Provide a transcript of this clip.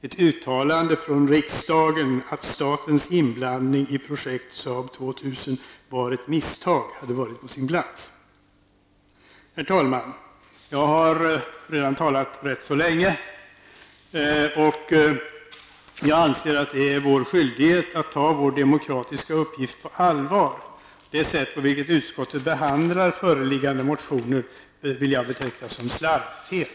Ett uttalande från riksdagen om att statens inblandning i projekt Saab 2000 var ett misstag, hade varit på sin plats. Herr talman! Jag har talat rätt så länge, men jag anser att det är vår skyldighet att ta vår demokratiska uppgift på allvar. Det sätt på vilket utskottet har behandlat föreliggande motioner vill jag beteckna som slarvfel.